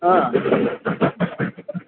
অঁ